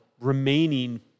remaining